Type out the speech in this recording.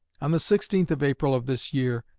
on the sixteenth of april of this year,